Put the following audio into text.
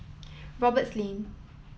Roberts Lane